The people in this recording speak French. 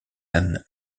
jan